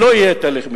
שלא יהיה תהליך מדיני.